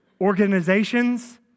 organizations